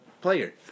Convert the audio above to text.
player